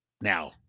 Now